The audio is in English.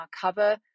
cover